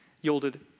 yielded